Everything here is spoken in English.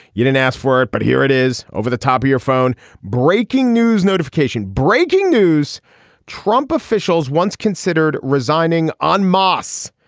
you didn't ask for it but here it is over the top of your phone breaking news notification breaking news trump officials once considered resigning en masse.